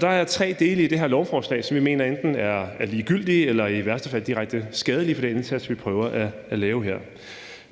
Der er tre dele i det her lovforslag, som vi mener enten er ligegyldige eller i værste fald direkte skadelige for den indsats, vi prøver at lave her.